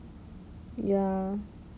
ya